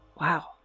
Wow